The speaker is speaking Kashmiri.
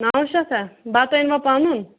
نو شیٚتھا بَتہٕ أنۍ وا پَنُن